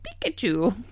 Pikachu